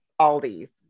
Aldi's